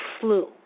Flu